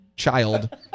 Child